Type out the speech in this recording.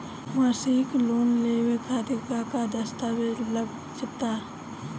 मसीक लोन लेवे खातिर का का दास्तावेज लग ता?